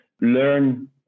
learn